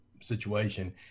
situation